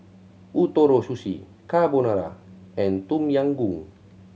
Ootoro Sushi Carbonara and Tom Yam Goong